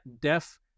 deaf